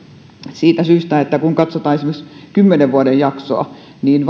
siitä syystä että kun katsotaan esimerkiksi kymmenen vuoden jaksoa niin